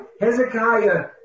Hezekiah